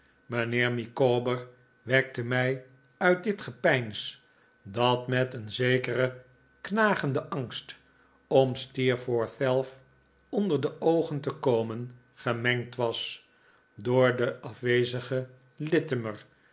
mijnheer micawber wekte mij uit dit gepeins dat met een zekeren knagenden angst om steerforth zelf onder de oogen te komen gemengd was door den afwezigen littimer